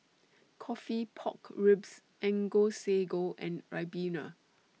Coffee Pork Ribs and Go Sago and Ribena